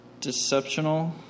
deceptional